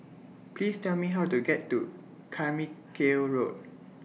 Please Tell Me How to get to Carmichael Road